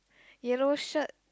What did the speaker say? yellow shirt